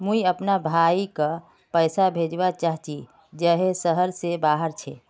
मुई अपना भाईक पैसा भेजवा चहची जहें शहर से बहार छे